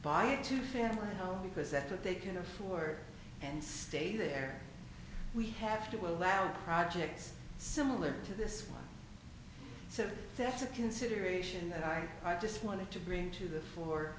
two family home because that's what they can afford and stay there we have to allow projects similar to this one so that's a consideration that i just want to bring to the fore